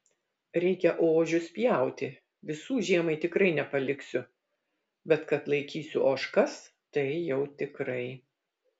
reikia ožius pjauti visų žiemai tikrai nepaliksiu bet kad laikysiu ožkas tai jau tikrai